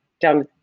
down